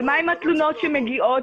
מה עם התלונות שמגיעות?